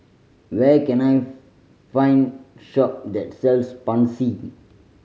where can I find shop that sells Pansy